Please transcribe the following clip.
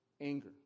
anger